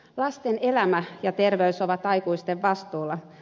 lasten elämä ja terveys ovat aikuisten vastuulla